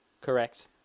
correct